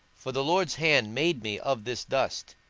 for the lord's hand made me of this dust,